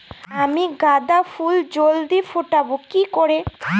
আমি গাঁদা ফুল জলদি ফোটাবো কি করে?